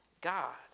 God